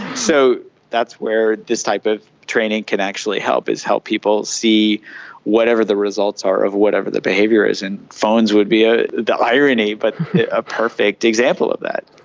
so that's where this type of training can actually help, is help people see whatever the results are of whatever the behaviour is, and phones would be ah the irony but a perfect example of that.